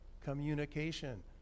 Communication